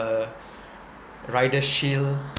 a rider shield